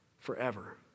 forever